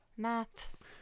Maths